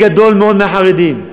חלק גדול מאוד מהחרדים,